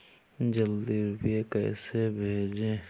जल्दी रूपए कैसे भेजें?